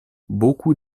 beaucoup